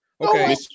Okay